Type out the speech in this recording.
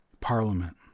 parliament